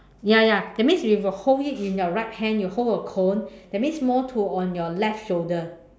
ya ya that means if you hold it in your right hand you hold a cone that means more to on your left shoulder